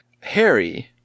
Harry